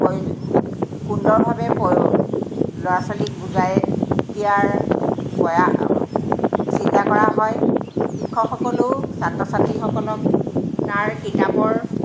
প্ৰয় সুন্দৰভাৱে ল'ৰা ছোৱালীক বুজাই দিয়াৰ পৰা চিন্তা কৰা হয় শিক্ষকসকলেও ছাত্ৰ ছাত্ৰীসকলক তাৰ কিতাপৰ